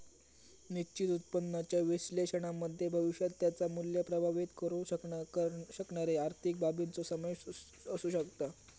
निश्चित उत्पन्नाच्या विश्लेषणामध्ये भविष्यात त्याचा मुल्य प्रभावीत करु शकणारे आर्थिक बाबींचो समावेश असु शकता